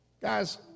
Guys